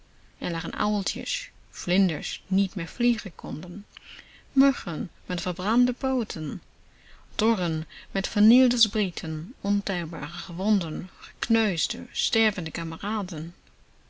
er lagen uiltjes vlinders die niet meer vliegen konden muggen met verbrande pooten torren met vernielde sprieten ontelbare gewonden gekneusde stervende kameraden